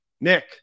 nick